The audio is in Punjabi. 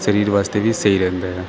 ਸਰੀਰ ਵਾਸਤੇ ਵੀ ਸਹੀ ਰਹਿੰਦਾ ਆ